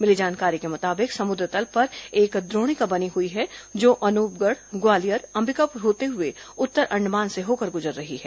मिली जानकारी के मुताबिक समुद्र तल पर एक द्रोणिका बनी हुई है जो अनूपगढ़ ग्वालियर अंबिकापुर होते हुए उत्तर अंडमान से होकर गुजर रही है